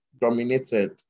dominated